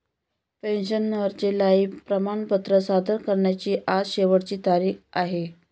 पेन्शनरचे लाइफ प्रमाणपत्र सादर करण्याची आज शेवटची तारीख आहे